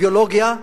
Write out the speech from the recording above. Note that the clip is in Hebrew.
ביולוגיה,